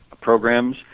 programs